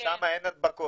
חוגי ילדים ששם אין הדבקות?